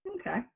Okay